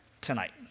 tonight